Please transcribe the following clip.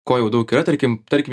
ko jau daug yra tarkim tarkim